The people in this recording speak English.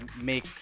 make